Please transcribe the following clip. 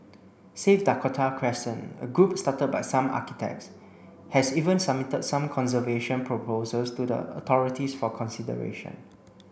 save Dakota Crescent a group started by some architects has even submitted some conservation proposals to the authorities for consideration